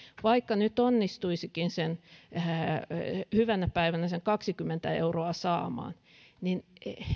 vaikka nyt onnistuisikin hyvänä päivänä sen kaksikymmentä euroa saamaan niin